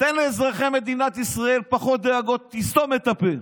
תן לאזרחי מדינת ישראל פחות דאגות, תסתום את הפה.